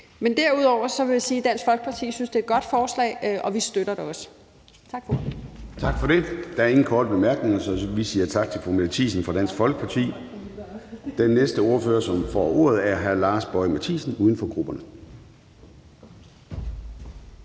Men derudover vil jeg sige, at Dansk Folkeparti synes, det er et godt forslag, og vi støtter det også. Tak for ordet. Kl. 10:34 Formanden (Søren Gade): Tak for det. Der er ingen korte bemærkninger, så vi siger tak til fru Mette Thiesen fra Dansk Folkeparti. Den næste ordfører, der får ordet, er hr. Lars Boje Mathiesen, uden for grupperne.